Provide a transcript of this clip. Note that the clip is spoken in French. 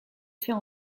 fait